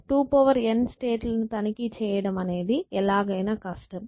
2n state ల ను తనిఖీ చేయడం అనేది ఎలాగైనా కష్టం